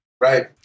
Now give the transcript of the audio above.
Right